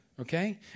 okay